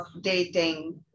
dating